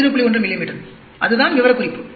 1 மிமீ அதுதான் விவரக்குறிப்பு